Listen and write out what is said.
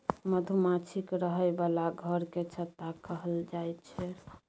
मधुमाछीक रहय बला घर केँ छत्ता कहल जाई छै